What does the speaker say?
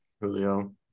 Julio